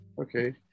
Okay